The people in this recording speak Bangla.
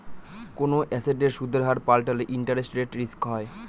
কোনো এসেটের সুদের হার পাল্টালে ইন্টারেস্ট রেট রিস্ক হয়